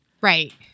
Right